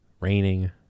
raining